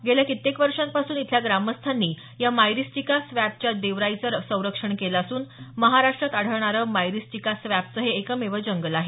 गेल्या कित्येक वर्षांपासून इथल्या ग्रामस्थांनी या मायरिस्टिका स्वॅम्पच्या देवराईच संरक्षण केल असून महाराष्ट्रात आढळणार मायरिस्टिका स्वॅम्पचे हे एकमेव जंगल आहे